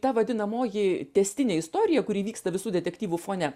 ta vadinamoji tęstinė istorija kuri vyksta visų detektyvų fone